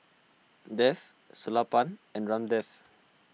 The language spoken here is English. Dev Sellapan and Ramdev